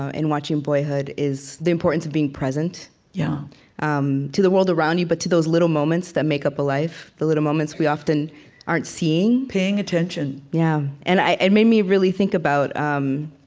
ah in watching boyhood, is the importance of being present yeah um to the world around you, but to those little moments that make up a life, the little moments we often aren't seeing paying attention yeah and it and made me really think about, um